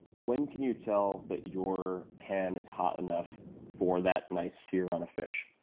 when can you tell that your pan is hot enough for that nice sear on a fish?